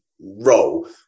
role